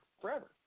forever